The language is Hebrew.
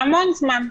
המון זמן.